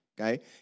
Okay